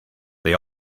they